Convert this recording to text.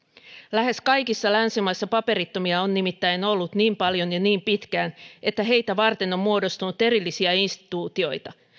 lähes kaikissa länsimaissa paperittomia on nimittäin ollut niin paljon ja niin pitkään että heitä varten on muodostunut erillisiä instituutioita